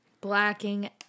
Blacking